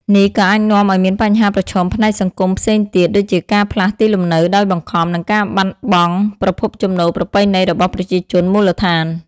នេះក៏អាចនាំឲ្យមានបញ្ហាប្រឈមផ្នែកសង្គមផ្សេងទៀត ដូចជាការផ្លាស់ទីលំនៅដោយបង្ខំ និងការបាត់បង់ប្រភពចំណូលប្រពៃណីរបស់ប្រជាជនមូលដ្ឋាន។